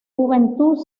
juventud